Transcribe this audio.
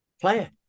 player